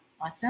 Awesome